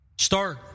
Start